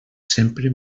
sempre